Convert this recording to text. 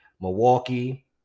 Milwaukee